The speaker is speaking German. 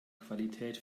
qualität